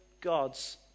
God's